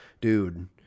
dude